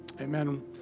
amen